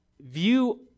view